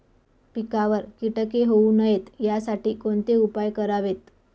पिकावर किटके होऊ नयेत यासाठी कोणते उपाय करावेत?